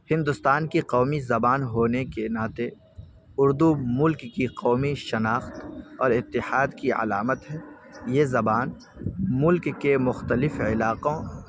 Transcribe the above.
ہندوستان کی قومی زبان ہونے کے ناطے اردو ملک کی قومی شناخت اور اتحاد کی علامت ہے یہ زبان ملک کے مختلف علاقوں